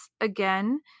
again